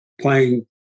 playing